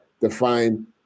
define